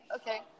okay